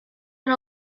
and